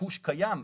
הביקוש קיים.